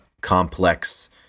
complex